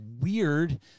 weird